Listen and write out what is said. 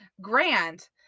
Grant